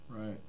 right